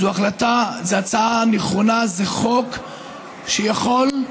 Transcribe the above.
זו הצעה נכונה, זה חוק שיכול,